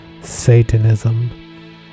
Satanism